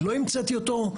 לא המצאתי אותו,